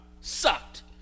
sucked